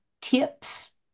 tips